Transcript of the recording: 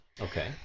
Okay